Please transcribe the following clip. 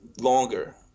longer